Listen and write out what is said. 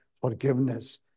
forgiveness